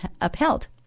upheld